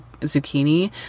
zucchini